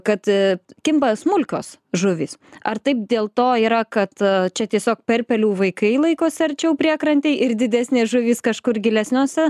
kad kimba smulkios žuvys ar taip dėl to yra kad čia tiesiog perpelių vaikai laikosi arčiau priekrantėje ir didesnės žuvys kažkur gilesniuose